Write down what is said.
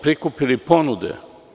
Prikupili smo ponude.